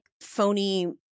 phony